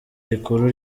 rikuru